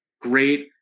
great